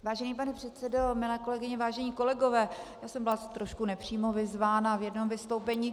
Vážený pane předsedo, milé kolegyně, vážení kolegové, já jsem byla trochu nepřímo vyzvána v jednom vystoupení.